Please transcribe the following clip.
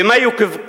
ומה היא קובעת?